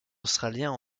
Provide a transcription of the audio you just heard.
australien